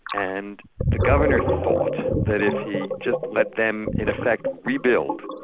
and the governor thought that if he just let them in effect rebuild,